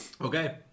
Okay